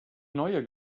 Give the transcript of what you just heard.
neue